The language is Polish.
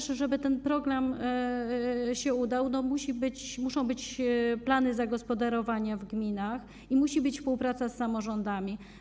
Żeby ten program się udał, muszą być plany zagospodarowania w gminach, musi być współpraca z samorządami.